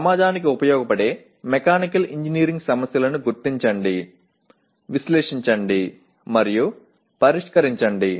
సమాజానికి ఉపయోగపడే mechanical engineering సమస్యలను గుర్తించండి విశ్లేషించండి మరియు పరిష్కరించండి